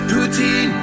Putin